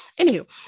Anywho